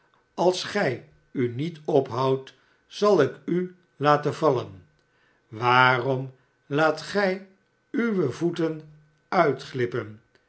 als gij u niet ophoudt zal ik u laten vallen waarom laat gij uwe voeten uitglippen